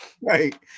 Right